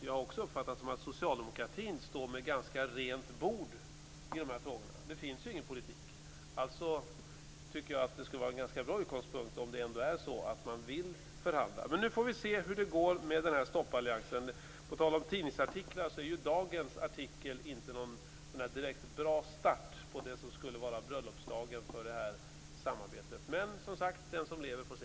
Jag har också uppfattat det så att socialdemokratin står med ganska rent bord i de här frågorna - det finns ju ingen politik. Jag tycker därför att det skulle vara en ganska bra utgångspunkt om man vill förhandla. Men vi får se hur det går med den här stoppalliansen. På tal om tidningsartiklar är ju dagens artikel inte någon direkt bra start på det som skulle vara bröllopsdagen för detta samarbete. Men den som lever får se.